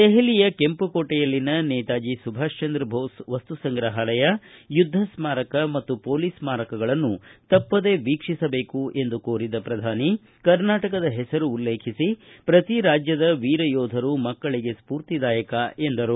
ದೆಪಲಿಯ ಕೆಂಪು ಕೋಟೆಯಲ್ಲಿನ ನೇತಾಜಿ ಸುಭಾಷಚಂದ್ರ ಬೋಸ್ ವಸ್ತು ಸಂಗ್ರಹಾಲಯ ಯುದ್ದ ಸ್ನಾರಕ ಮತ್ತು ಮೊಲೀಸ್ ಸ್ವಾರಕಗಳನ್ನು ತಪ್ಪದೇ ವೀಕ್ಷೀಸಬೇಕು ಎಂದು ಕೋರಿದ ಶ್ರಧಾನಿ ಕರ್ನಾಟಕದ ಹೆಸರು ಉಲ್ಲೇಖಿಸಿ ಶ್ರತಿ ರಾಜ್ಯದ ವೀರಯೋಧರು ಮಕ್ಕಳಿಗೆ ಸ್ಪೂರ್ತಿದಾಯಕ ಎಂದರು